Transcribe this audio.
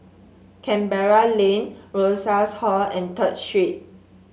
Canberra Lane Rosas Hall and Third Street